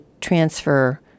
transfer